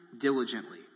diligently